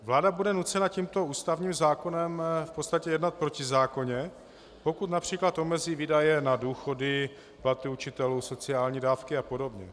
Vláda bude nucena tímto ústavním zákonem v podstatě jednat protizákonně, pokud například omezí výdaje na důchody, platy učitelů, sociální dávky apod.